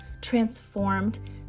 transformed